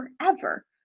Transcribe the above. forever